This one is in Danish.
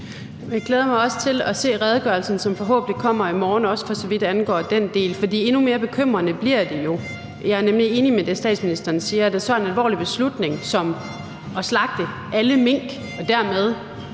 Jeg glæder mig også til at se redegørelsen, som forhåbentlig kommer i morgen, også for så vidt angår den del – for endnu mere bekymrende bliver det jo. Jeg er nemlig enig i det, statsministeren siger, at en så alvorlig beslutning som at slagte alle mink og dermed